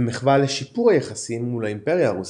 במחווה לשיפור היחסים מול האימפריה הרוסית,